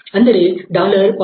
ಅಂದರೆ 0